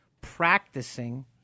practicing